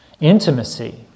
intimacy